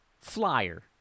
flyer